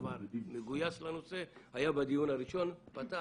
לשעבר מגויס לנושא, היה בדיון הראשון, פתח,